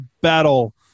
battle